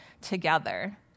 together